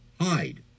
hide